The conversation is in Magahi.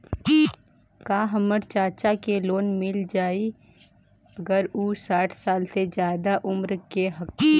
का हमर चाचा के लोन मिल जाई अगर उ साठ साल से ज्यादा के उमर के हथी?